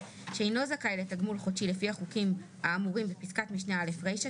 שאינו זכאי לתגמול חודשי לפי החוקים האמורים בפסקת משנה (א) רישה,